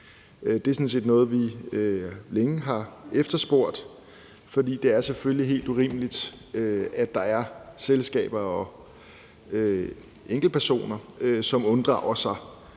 Det er sådan set noget, vi længe har efterspurgt, for det er selvfølgelig helt urimeligt, at der er selskaber og enkeltpersoner, som unddrager sig